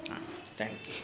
ಹಾಂ thank you